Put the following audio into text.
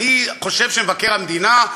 אני חושב שמבקר המדינה,